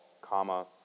comma